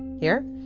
here.